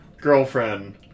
girlfriend